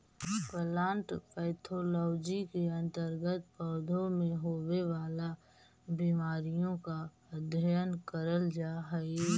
plant pathology के अंतर्गत पौधों में होवे वाला बीमारियों का अध्ययन करल जा हई